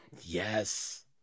Yes